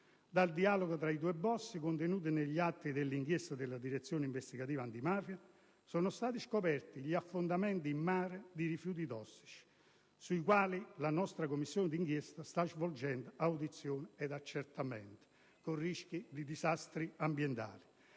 dal dialogo tra due *boss* contenuto negli atti delle inchieste della direzione investigativa antimafia, sono stati scoperti gli affondamenti in mare di rifiuti tossici, sui quali la nostra Commissione d'inchiesta sta svolgendo audizioni ed accertamenti, con il rischio di disastri ambientali.